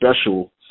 special